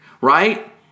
Right